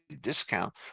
discount